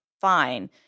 fine